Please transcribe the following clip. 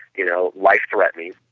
you know, life threatening.